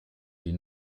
die